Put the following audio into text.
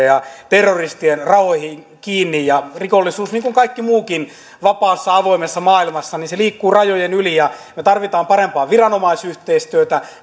ja terroristien rahoihin kiinni rikollisuus niin kuin kaikki muukin liikkuu vapaassa avoimessa maailmassa rajojen yli ja me tarvitsemme parempaa viranomaisyhteistyötä